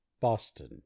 Boston